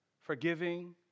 forgiving